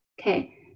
Okay